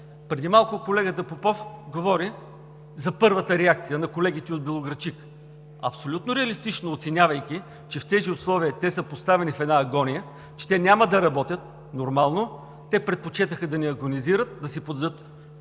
Преди малко колегата Попов говори за първата реакция на колегите от Белоградчик. Абсолютно реалистично, оценявайки, че в тези условия те са поставени в една агония, че те няма да работят нормално, те предпочетоха да не агонизират, да си подадат